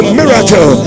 miracle